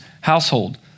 household